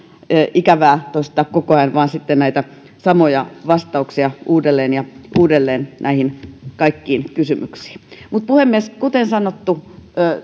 ikävää toistaa koko ajan sitten näitä samoja vastauksia uudelleen ja uudelleen näihin kaikkiin kysymyksiin mutta puhemies kuten sanottu